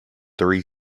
three